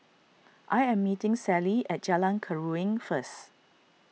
I am meeting Celie at Jalan Keruing first